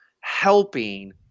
helping